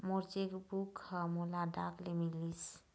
मोर cheque book ह मोला डाक ले मिलिस